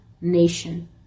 nation